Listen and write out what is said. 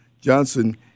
Johnson